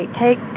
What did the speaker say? take